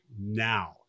now